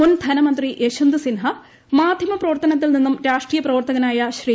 മുൻ ധനമന്ത്രി യശ്വന്ത് സിൻഹ മാധ്യമ പ്രവർത്തനത്തിൽ നിന്നും രാഷ്ട്രീയ പ്രവർത്തകനായ ശ്രീ